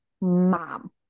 mom